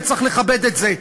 וצריך לכבד את זה,